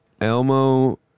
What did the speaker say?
Elmo